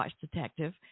Detective